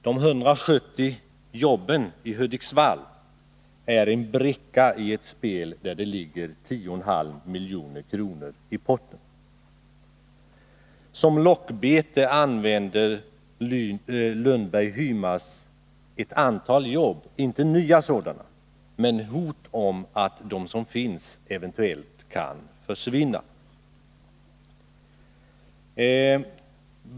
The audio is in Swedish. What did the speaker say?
De 170 jobben i Hudiksvall är en bricka i ett spel där det ligger 10,5 milj.kr. i potten. Som lockbete använder Lundberg Hymas ett antal jobb. Man lovar inte nya sådana, men man hotar med att de som finns eventuellt kan försvinna.